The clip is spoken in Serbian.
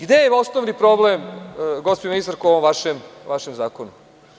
Gde je osnovni problem gospođo ministarko u vašem zakonu?